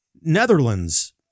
Netherlands